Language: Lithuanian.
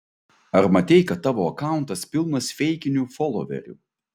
ar matei kad tavo akauntas pilnas feikinių foloverių